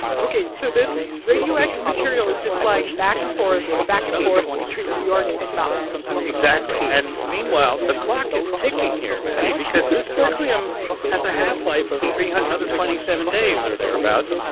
ok, so this radioactive material is just flying back-and-forth, back-and-forth between new york and moscow exactly. and meanwhile, the clock is ticking here, maddie. right. because this berkelium has a half-life of three hundred and twenty seven days or thereabouts,